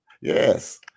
Yes